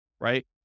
right